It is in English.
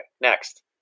next